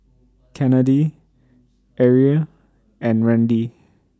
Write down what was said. Kennedi Arie and Randi